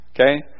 okay